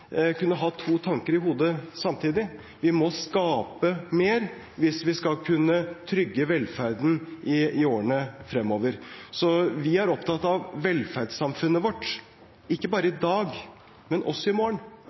kunne ha to tanker i hodet samtidig. Vi må skape mer hvis vi skal kunne trygge velferden i årene fremover. Vi er opptatt av velferdssamfunnet vårt – ikke bare i dag, men også i morgen.